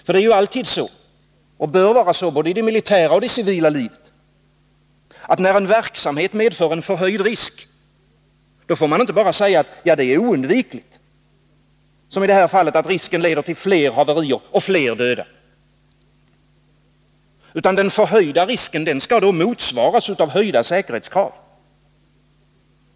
Både i det militära och i det civila livet måste det vara så att när en verksamhet medför förhöjd risk, då får man inte bara säga att det är oundvikligt att, som i det här fallet, risken leder till fler haverier och fler döda, utan den förhöjda risken skall motsvaras av höjda säkerhetskrav.